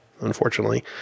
Unfortunately